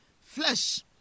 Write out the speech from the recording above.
flesh